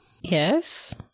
Yes